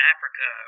Africa